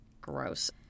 Gross